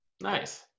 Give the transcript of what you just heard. Nice